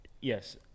Yes